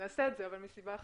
נעשה את זה, אבל מסיבה אחרת.